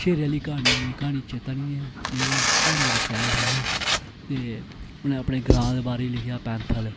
शैरे आहली क्हानी ही क्हानी मिगी चैता नेईं ऐ नेईं ते क्हानी बड़ी शैल ही ओह् ते उनें उपने ग्रां दे बारे च लिखेआ पैंथल